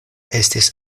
estis